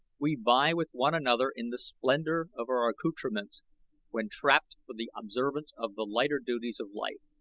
we vie with one another in the splendor of our accoutrements when trapped for the observance of the lighter duties of life,